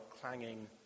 clanging